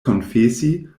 konfesi